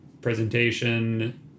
presentation